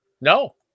No